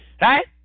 right